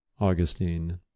augustine